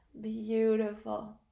beautiful